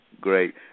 Great